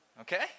Okay